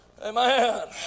Amen